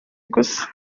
gusa